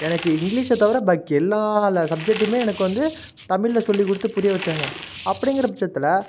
எனக்கு இங்கிலீஷ் தவிர பாக்கி எல்லாம் லெ சப்ஜெக்ட்டும் எனக்கு வந்து தமிழில் சொல்லிக் கொடுத்து புரிய வைச்சாங்க அப்படிங்கிற பட்சத்தில்